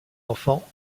enfants